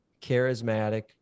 charismatic